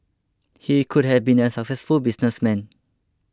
he could have been a successful businessman